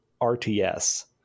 RTS